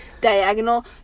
diagonal